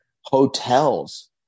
hotels